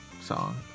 song